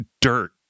dirt